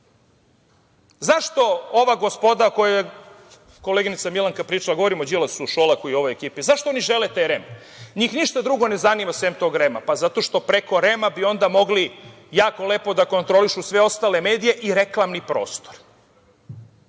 ova gospoda o kojima je koleginica Milanka pričala, govorim o Đilasu, Šolaku i ovoj ekipi, zašto oni žele taj REM? Njih ništa drugo ne zanima sem tog REM-a. Pa, zato što bi preko REM-a mogli jako lepo da kontrolišu sve ostale medije i reklamni prostor. Pazite